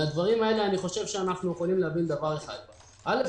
מהדברים האלה אנחנו יכולים להבין: אל"ף,